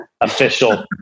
official